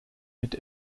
mit